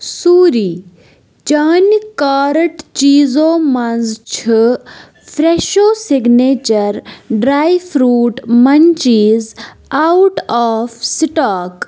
سوٗری چانہِ کارَٹ چیٖزو منٛزٕ چھِ فرٛٮ۪شو signature dry fruit munchies out of stock